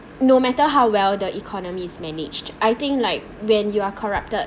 no matter how well the economy is managed I think like when you are corrupted